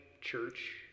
church